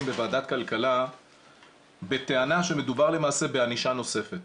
בוועדת כלכלה בטענה שמדובר למעשה בענישה נוספת.